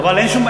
אבל אין שום,